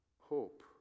hope